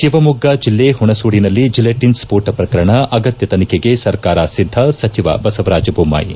ತಿವಮೊಗ್ಗ ಜಿಲ್ಲೆ ಹುಣಸೋಡಿನಲ್ಲಿ ಜಿಲಿಟಿನ್ ಸ್ನೋಟ ಪ್ರಕರಣ ಅಗತ್ನ ತನಿಖೆಗೆ ಸರ್ಕಾರ ಸಿದ್ದ ಸಚಿವ ಬಸವರಾಜ ಬೊಮ್ನಾಯಿ